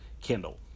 kindle